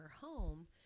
home